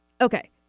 Okay